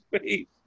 face